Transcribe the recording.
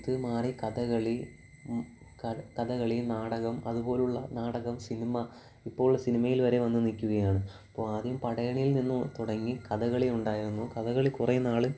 ഇത് മാറി കഥകളി കഥകളി നാടകം അതുപോലുള്ള നാടകം സിനിമ ഇപ്പോൾ സിനിമയിൽ വരെ വന്ന് നിക്കുകയാണ് അപ്പോള് ആദ്യം പടയണിൽ നിന്ന് തുടങ്ങി കഥകളി ഉണ്ടായിരുന്നു കഥകളി കുറേ നാളും